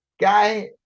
guy